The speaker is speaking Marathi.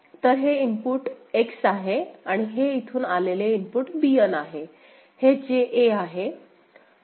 तर हे इनपुट X आहे आणि हे इथून आलेले इनपुट Bn आहे हे JA आहे